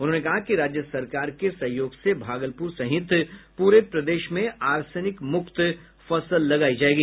उन्होंने कहा की राज्य सरकार के सहयोग से भागलपुर सहित पूरे प्रदेश में ऑर्सेनिक मुक्त फसल लगायी जायेगी